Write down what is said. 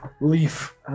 Leaf